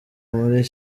muri